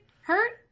hurt